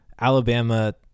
Alabama